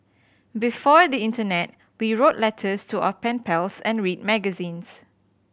before the internet we wrote letters to our pen pals and read magazines